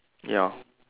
ya